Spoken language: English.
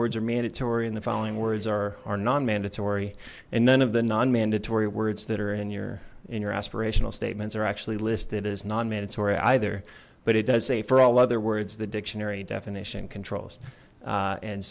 words are mandatory and the following words are non mandatory and none of the non mandatory words that are in your in your aspirational statements are actually listed as non mandatory either but it does say for all other words the dictionary definition controls a